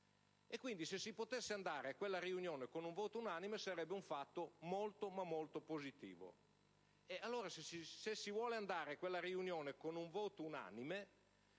crescita. Se si potesse andare a quella riunione con un voto unanime, sarebbe un fatto molto positivo. Ma, se si vuole andare a quella riunione con un voto unanime,